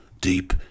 deep